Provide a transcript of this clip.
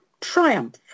Triumph